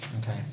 Okay